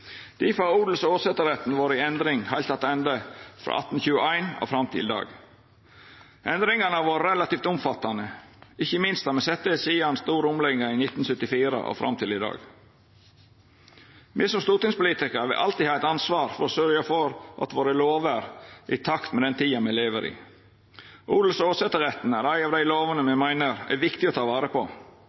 Difor har odels- og åsetesretten vore i endring heilt attende frå 1821 og fram til i dag. Endringane har vore relativt omfattande, ikkje minst har me sett det sidan den store omlegginga i 1974 og fram til i dag. Me, som stortingspolitikarar, vil alltid ha eit ansvar for å sørgja for at lovene våre er i takt med den tida me lever i. Lov om odelsretten og åsetesretten er ei av dei lovene me meiner det er viktig å ta vare på